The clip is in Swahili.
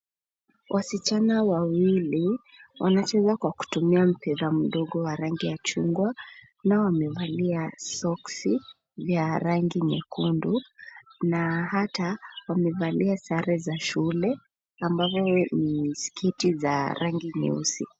Wasichana wawili, wanacheza kwa kutumia mpira mdogo wa rangi ya chungwa na wamevalia soksi vya rangi nyekundu na hata wamevalia sare za shule, ambavo ni sketi za rangi nyeusi.